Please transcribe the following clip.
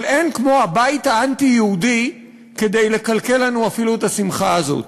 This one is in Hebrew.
אבל אין כמו הבית האנטי-יהודי כדי לקלקל לנו אפילו את השמחה הזאת.